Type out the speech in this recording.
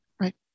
Right